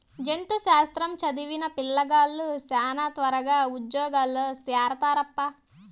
జంతు శాస్త్రం చదివిన పిల్లగాలులు శానా త్వరగా ఉజ్జోగంలో చేరతారప్పా